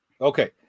Okay